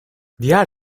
diğer